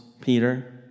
Peter